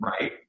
right